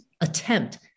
attempt